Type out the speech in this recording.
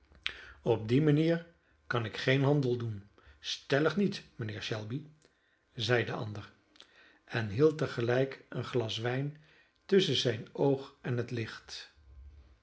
op die manier kan ik geen handel doen stellig niet mijnheer shelby zeide de ander en hield te gelijk een glas wijn tusschen zijn oog en het licht